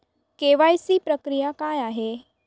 KYC प्रक्रिया काय आहे?